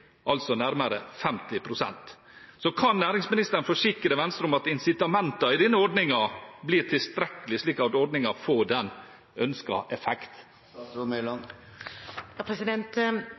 altså nærmere 50 pst. Kan næringsministeren forsikre Venstre om at incitamentene i denne ordningen blir tilstrekkelig, slik at ordningen får den ønskede effekt?